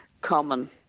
common